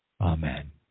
Amen